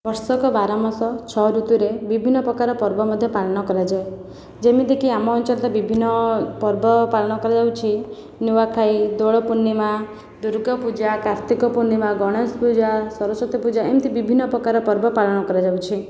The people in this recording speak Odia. ବର୍ଷକ ବାର ମାସ ଛଅ ଋତୁରେ ବିଭିନ୍ନ ପ୍ରକାର ପର୍ବ ମଧ୍ୟ ପାଳନ କରାଯାଏ ଯେମିତିକି ଆମ ଅଞ୍ଚଳରେ ବିଭିନ୍ନ ପର୍ବ ପାଳନ କରାଯାଉଛି ନୂଆଖାଇ ଦୋଳପୂର୍ଣ୍ଣିମା ଦୂର୍ଗା ପୂଜା କାର୍ତ୍ତିକ ପୂର୍ଣ୍ଣିମା ଗଣେଶ ପୂଜା ସରସ୍ଵତୀ ପୂଜା ଏମିତି ବିଭିନ୍ନ ପ୍ରକାର ପର୍ବ ପାଳନ କରାଯାଉଛି